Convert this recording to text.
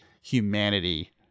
humanity